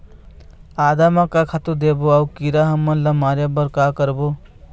आदा म का खातू देबो अऊ कीरा हमन ला मारे बर का करबो?